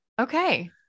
okay